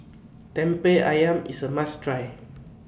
Lemper Ayam IS A must Try